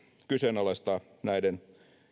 kyseenalaistaa näiden